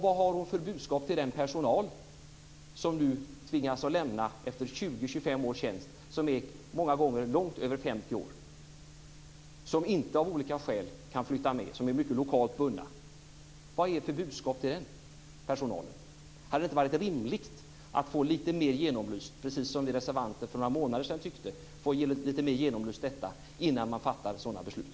Vad har hon för budskap till den personal som nu tvingas att lämna efter 20-25 års tjänst, som många gånger är långt över 50 och som av olika skäl inte kan flytta, som är lokalt bunden? Vad är det för budskap till den personalen? Hade det inte varit rimligt att få detta lite mer genomlyst, precis som vi reservanter tyckte för några månader sedan, innan man fattar sådana beslut?